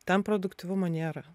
ten produktyvumo nėra